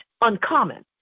uncommon